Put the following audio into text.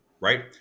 Right